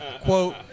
Quote